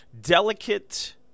delicate